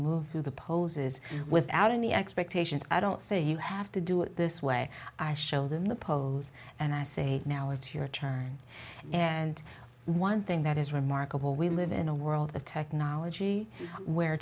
move through the poses without any expectations i don't say you have to do it this way i show them the polls and i say now it's your turn and one thing that is remarkable we live in a world of technology where